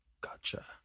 Gotcha